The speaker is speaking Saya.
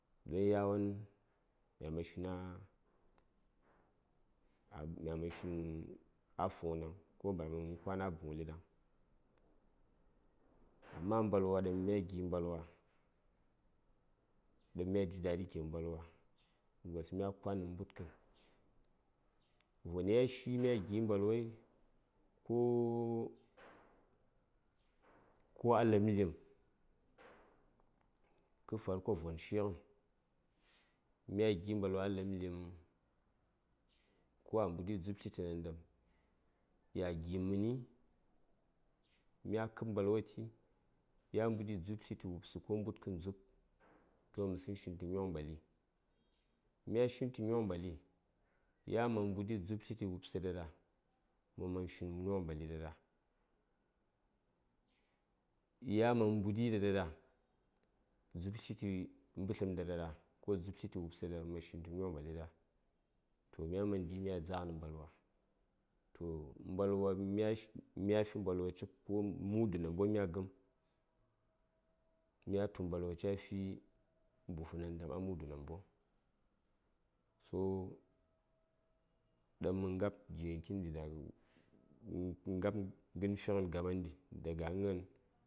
don yawon mya man shin a mya man shin a fuŋ ɗaŋ mya man kwan a buŋli ɗaŋ amma mbalwa ɗaŋ mya gi mbalwa ɗaŋ mya ji daɗi gighən mbalwa gos mya kwan nə mbudkən von ya shi mya gi mbalwai ko a ləpm lipm kə farko von shighən mya gi mbalwa a ləpm lipm ko a mbuɗi dzub tliti nandam ya gi:məni mya kəb mbalwa ti ya mbuɗi dzubtliti wubsə ko mbudkən dzub to məsəŋ shintə nyoŋ ɓali mya shintə nyoŋ ɓali ya man mbuɗi dzub tliti wubsə ɗaɗaɗa məman shin nyoŋ ɓali ɗaɗaɗa ya man mbuɗi ɗaɗaɗa dzub tliti mbətləm ɗaɗaɗa ko dzub tliti wubsə ɗaɗaɗa mə man shin tə nyoŋ ɓali ɗaɗa toh mya man gi mya dzhakni mbalwa toh mbalwa ghən mya fi mbalwa cik mudu namboŋ mya ghəm mya tu mbalwa cafi buhu nandam a mudu namboŋ so ɗaŋ mə ngab gighən kitn ɗi da mə ngab ghən fighən gaman ɗi daga a gna:n